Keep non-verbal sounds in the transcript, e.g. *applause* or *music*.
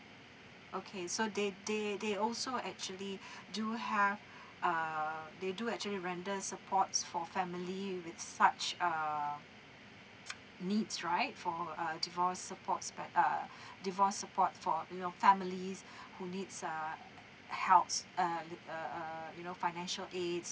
okay so they they they also actually do have err they do actually render supports for family with such err *noise* needs right for uh divorce supports but uh divorce support for you know families who needs err helps uh the uh uh you know financial aids